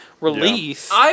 release